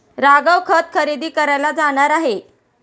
राघव खत खरेदी करायला जाणार आहे